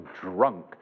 drunk